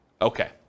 Okay